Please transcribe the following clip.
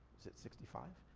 is it sixty five?